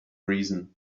reason